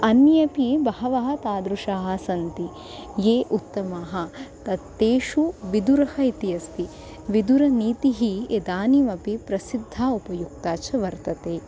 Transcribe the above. अन्येऽपि बहवः तादृशाः सन्ति ये उत्तमाः तत् तेषु विदुरः इति अस्ति विदुरनीतिः इदानीमपि प्रसिद्धा उपयुक्ता च वर्तते